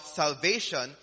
salvation